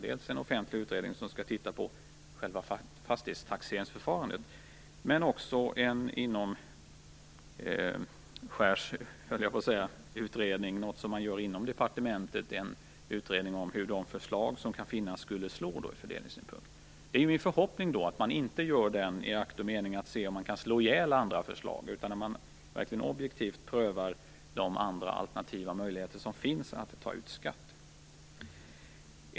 Det är dels en offentlig utredning som skall titta på själva fastighetstaxeringsförfarandet, dels en utredning som görs inom departementet om hur de förslag som kan finnas skulle slå ur fördelningssynpunkt. Det är min förhoppning att man inte gör den i akt och mening att se om man kan slå ihjäl andra förslag. Jag hoppas att man i stället verkligen objektivt prövar de andra alternativa möjligheter som finns att ta ut skatt.